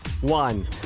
one